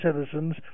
citizens